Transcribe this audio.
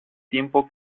tiempo